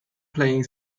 playing